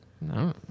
No